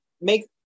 make